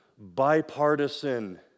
Bipartisan